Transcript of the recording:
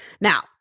Now